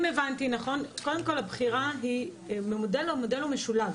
אם הבנתי נכון, קודם כל, הבחירה היא ממודל משולב.